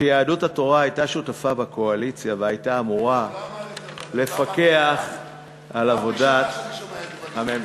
שיהדות התורה הייתה שותפה בקואליציה והייתה אמורה לפקח על עבודת הממשלה.